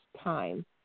time